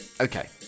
Okay